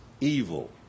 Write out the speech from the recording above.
evil